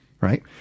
right